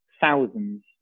thousands